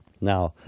Now